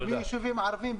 מישובים ערבים,